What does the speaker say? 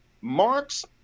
Marx